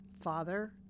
Father